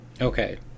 Okay